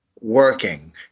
working